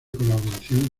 colaboración